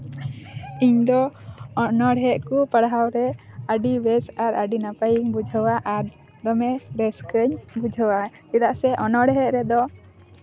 ᱤᱧ ᱫᱚ ᱚᱱᱚᱲᱦᱮᱸᱫ ᱠᱚ ᱯᱟᱲᱦᱟᱣ ᱨᱮ ᱟᱹᱰᱤ ᱵᱮᱥ ᱟᱨ ᱟᱹᱰᱤ ᱱᱟᱯᱟᱭᱤᱧ ᱵᱩᱡᱷᱟᱹᱣᱟ ᱟᱨ ᱫᱚᱢᱮ ᱨᱟᱹᱥᱠᱟᱹᱧ ᱵᱩᱡᱷᱟᱹᱣᱟ ᱪᱮᱫᱟᱜ ᱥᱮ ᱚᱱᱚᱲᱦᱮᱸᱫ ᱨᱮᱫᱚ